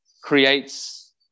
creates